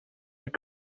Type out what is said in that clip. when